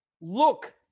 Look